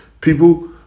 people